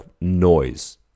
noise